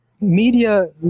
media